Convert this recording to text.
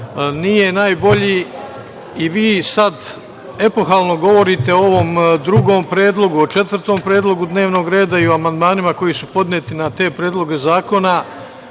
nije najbolji. I vi sad epohalno govorite o ovom drugom predlogu, o četvrtom predlogu dnevnog reda i o amandmanima koji su podneti na te predloge zakona,